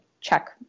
check